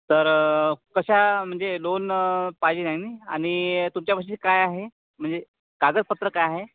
तर कशा म्हणजे लोन पाहिजे आहे नी आणि तुमच्यापाशी काय आहे म्हणजे कागदपत्रं काय आहे